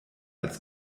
als